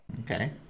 Okay